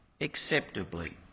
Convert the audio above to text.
acceptably